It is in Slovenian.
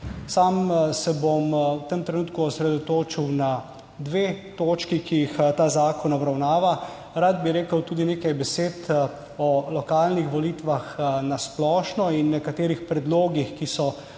Sam se bom v tem trenutku osredotočil na dve točki, ki ju ta zakon obravnava. Rad bi rekel tudi nekaj besed o lokalnih volitvah na splošno in nekaterih predlogih, ki so med